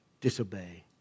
disobey